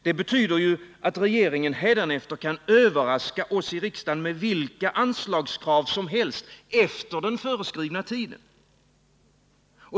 Det betyder ju att regeringen hädanefter kan överraska oss i riksdagen med vilka anslagskrav som helst efter den föreskrivna tiden.